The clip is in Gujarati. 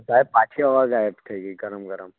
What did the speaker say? સાહેબ પાછી હવા ગાયબ થઈ ગઈ ગરમ ગરમ હા